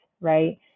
right